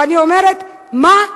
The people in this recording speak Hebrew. ואני אומרת, מה?